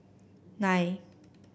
nine